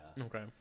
Okay